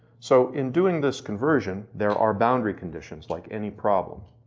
so, in doing this conversion there are boundary conditions, like any problem.